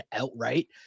outright